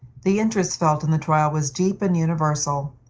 the interest felt in the trial was deep and universal.